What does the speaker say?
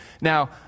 Now